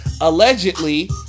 allegedly